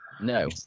No